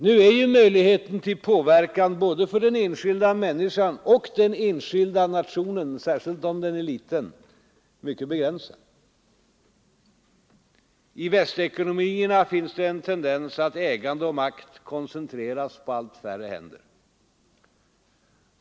Nu är möjligheten till påverkan för både den enskilda människan och den enskilda nationen, särskilt om den är liten, mycket begränsad. I västekonomierna finns det en tendens att ägande och makt koncentreras på allt färre händer.